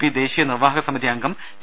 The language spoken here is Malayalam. പി ദേശീയ നിർവാഹക സമിതി അംഗം പി